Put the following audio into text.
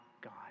God